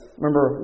remember